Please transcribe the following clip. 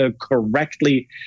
correctly